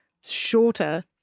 shorter